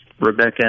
Rebecca